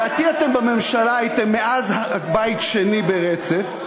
לדעתי, הייתם בממשלה מאז בית שני ברצף,